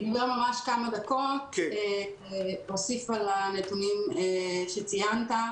אגזול ממש כמה דקות ואוסיף על הנתונים שציינת.